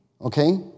okay